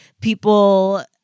people